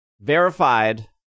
verified